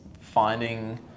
finding